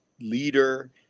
leader